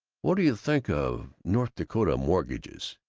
what do you think of north dakota mortgages?